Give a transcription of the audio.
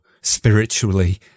spiritually